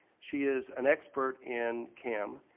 she is an expert in cam.